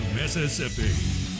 mississippi